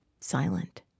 silent